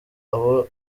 abo